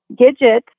Gidget